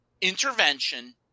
intervention